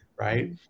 right